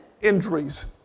injuries